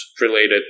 related